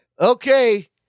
Okay